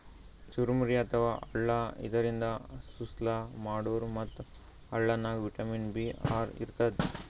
ಚುರಮುರಿ ಅಥವಾ ಅಳ್ಳ ಇದರಿಂದ ಸುಸ್ಲಾ ಮಾಡ್ತಾರ್ ಮತ್ತ್ ಅಳ್ಳನಾಗ್ ವಿಟಮಿನ್ ಬಿ ಆರ್ ಇರ್ತದ್